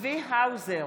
צבי האוזר,